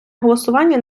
голосування